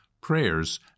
prayers